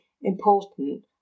important